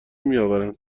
میآورند